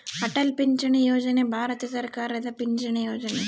ಅಟಲ್ ಪಿಂಚಣಿ ಯೋಜನೆ ಭಾರತ ಸರ್ಕಾರದ ಪಿಂಚಣಿ ಯೊಜನೆ